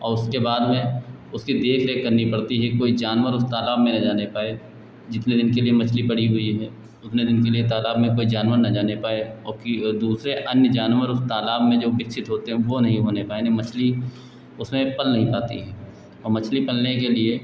और उसके बाद में उसकी देख रेख करनी पड़ती है कोई जानवर उस तालाब में न जाने पाए जितने दिन के लिए मछली पड़ी हुई है उतने दिन के लिए तालाब में कोई जानवर न जाने पाए और की ओ दूसरे अन्य जानवर उस तालाब में जो विकसित होते हैं वह नहीं होने पाए नहीं मछली उसमें पल नहीं पाती है और मछली पलने के लिए